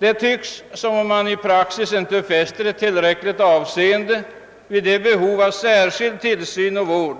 Det tycks som om man i praxis inte fäster tillräckligt avseende vid det behov av särskild tillsyn och vård,